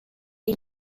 est